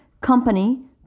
company